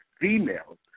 females